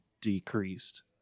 decreased